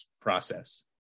process